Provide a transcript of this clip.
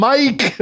Mike